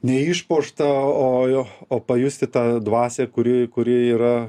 neišpuošta o pajusti tą dvasią kuri kuri yra